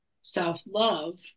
self-love